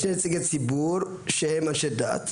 שני נציגי ציבור שהם אנשי דת,